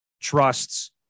trusts